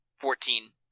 Fourteen